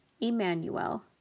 Emmanuel